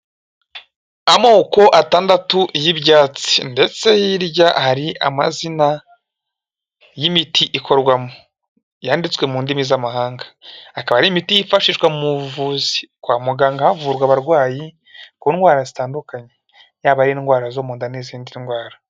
Amoko atandatu y'ibyatsi. Ndetse hirya hari amazina y'imiti ikorwamo. Yanditswe mu ndimi z'amahanga. Akaba ari imiti yifashishwa mu buvuzi. Kwa muganga havurwa abarwayi ku ndwara zitandukanye. Yaba ari indwara zo mu nda n'izindi ndwara.